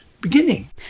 beginning